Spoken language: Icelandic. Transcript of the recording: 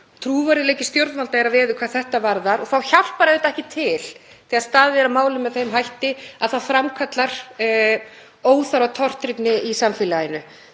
Trúverðugleiki stjórnvalda er að veði hvað þetta varðar og þá hjálpar ekki til þegar staðið er að málum með þeim hætti að það framkallar óþarfa tortryggni í samfélaginu.